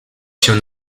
się